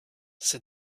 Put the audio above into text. said